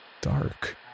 dark